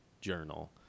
journal